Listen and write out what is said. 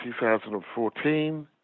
2014